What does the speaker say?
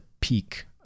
peak